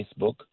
Facebook